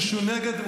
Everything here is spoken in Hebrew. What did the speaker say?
ומי שנגד,